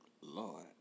Lord